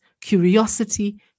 curiosity